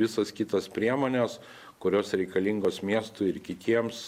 visas kitas priemones kurios reikalingos miestui ir kitiems